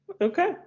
Okay